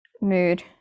mood